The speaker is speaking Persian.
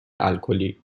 الکلی